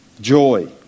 joy